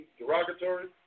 derogatory